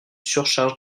surcharge